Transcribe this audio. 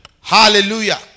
Hallelujah